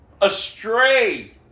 astray